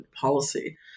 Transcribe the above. policy